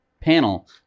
panel